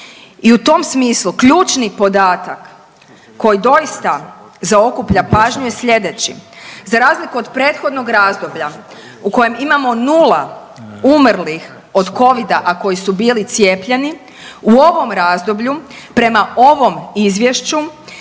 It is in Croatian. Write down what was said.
I u tom smislu ključni podatak koji doista zaokuplja pažnju je sljedeći. Za razliku od prethodnog razdoblja u kojem imamo nula umrlih od covida a koji su bili cijepljeni u ovom razdoblju prema ovom Izvješću